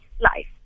life